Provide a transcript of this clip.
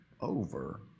over